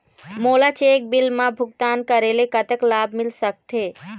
मोला cheque bill मा भुगतान करेले कतक लाभ मिल सकथे?